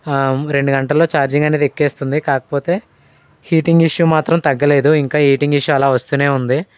రెండు గంటలలో చార్జింగ్ అనేది ఎక్కేస్తుంది కాకపోతే హీటింగ్ ఇష్యూ మాత్రం తగ్గలేదు ఇంకా హీటింగ్ ఇష్యూ అలా వస్తూనే ఉంది